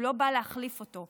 הוא לא בא להחליף אותו,